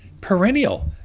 perennial